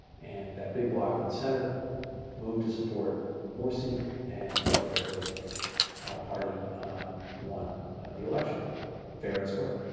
and that big block in the center moved to support morsi and the brotherhood party won the election fair and square.